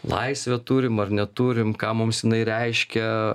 laisvę turim ar neturim ką mums jinai reiškia